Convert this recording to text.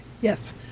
Yes